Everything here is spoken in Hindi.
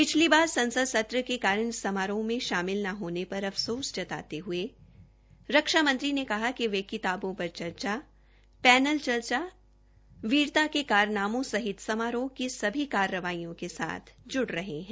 पिछली बार संसद सत्र के कारण इस समारोह में शामिल न होने पर अफसोस जताते हये रक्षा मंत्री ने कहा कि वे किताबों पर चर्चा पैनल चर्चा बहाद्री के कारनामों सहित समारोह की सभी कार्रवाईयों के साथ जूड़ रहे है